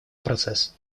процесс